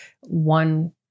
one